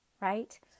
Right